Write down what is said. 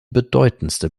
bedeutendste